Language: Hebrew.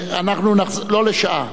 לא לשעה.